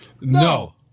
No